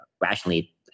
Rationally